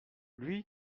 lui